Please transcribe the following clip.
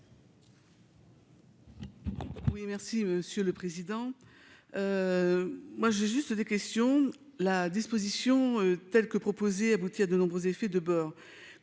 Oui, merci Monsieur le Président, moi j'ai juste des questions la disposition telle que proposée aboutit à de nombreux effets de bord